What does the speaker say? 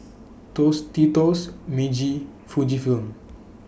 Tostitos Meiji Fujifilm